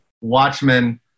Watchmen